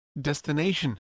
destination